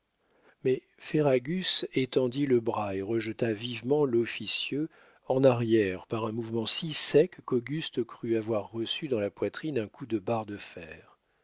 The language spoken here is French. mais ferragus étendit le bras et rejeta vivement l'officieux en arrière par un mouvement si sec qu'auguste crut avoir reçu dans la poitrine un coup de barre de fer